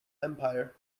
empire